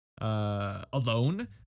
Alone